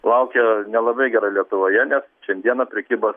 laukia nelabai gera lietuvoje nes šiandieną prekybos